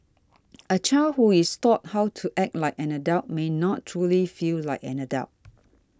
a child who is taught how to act like an adult may not truly feel like an adult